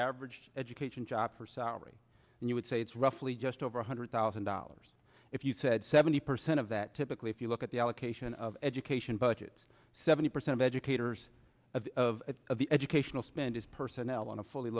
average education job for salary and you would say it's roughly just over one hundred thousand dollars if you said seventy percent of that typically if you look at the allocation of education budgets seventy percent of educators of of of the educational spend is personnel on a fully